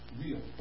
real